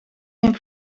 geen